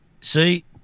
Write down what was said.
See